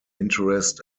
interest